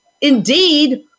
indeed